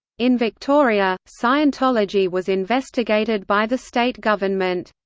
in victoria, scientology was investigated by the state government.